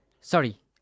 Sorry